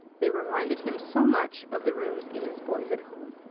they reminded him so much of the rooms in his boyhood home.